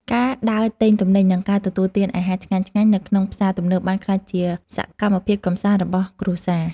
ការដើរទិញទំនិញនិងការទទួលទានអាហារឆ្ងាញ់ៗនៅក្នុងផ្សារទំនើបបានក្លាយជាសកម្មភាពកម្សាន្តរបស់គ្រួសារ។